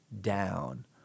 down